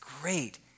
great